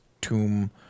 tomb